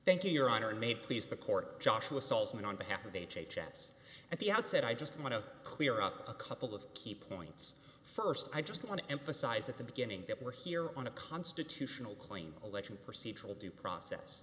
thank you your honor and may please the court joshua salzman on behalf of h h s at the outset i just want to clear up a couple of key points st i just want to emphasize at the beginning that we're here on a constitutional claim alleging procedural due process